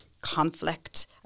conflict